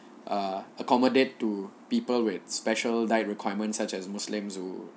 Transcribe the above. uh accommodate to people with special diet requirements such as muslim who